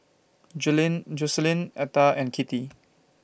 Jocelyne Etta and Kittie